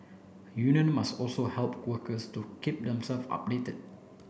union must also help workers to keep themself updated